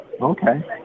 Okay